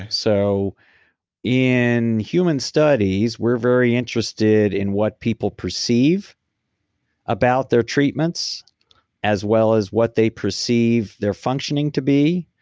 so in human studies, we're very interested in what people perceive about their treatments as well as what they perceive their functioning to be.